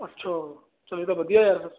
ਅੱਛਾ ਚਲ ਇਹ ਤਾਂ ਵਧੀਆ ਹੋਇਆ ਫੇਰ